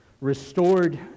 restored